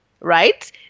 Right